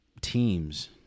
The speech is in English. teams